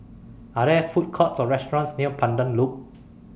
Are There Food Courts Or restaurants near Pandan Loop